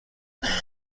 تمام